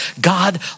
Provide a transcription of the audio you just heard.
God